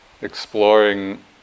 exploring